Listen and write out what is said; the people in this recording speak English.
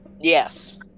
Yes